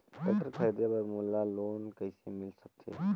Tractor खरीदे बर मोला लोन कइसे मिल सकथे?